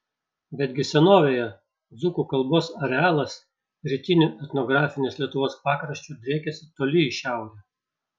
betgi senovėje dzūkų kalbos arealas rytiniu etnografinės lietuvos pakraščiu driekėsi toli į šiaurę